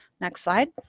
next slide.